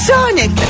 Sonic